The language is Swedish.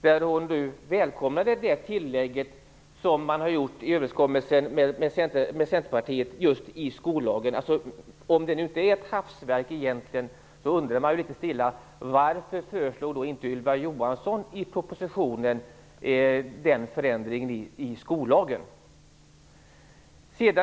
Där välkomnade hon det tillägg som man har gjort i skollagen i enlighet med överenskommelsen med Centerpartiet. Om det egentligen inte är ett hafsverk så undrar man litet stilla varför inte Ylva Johansson föreslog den förändringen i skollagen i propositionen.